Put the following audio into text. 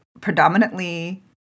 predominantly